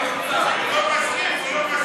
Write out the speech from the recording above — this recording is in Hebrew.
הוא לא מסכים.